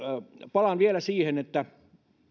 palaan vielä siihen että